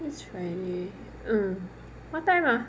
this friday err what time ah